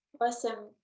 Awesome